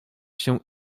się